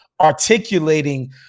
articulating